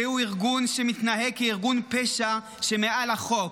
זהו ארגון שמתנהג כארגון פשע שמעל החוק.